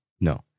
No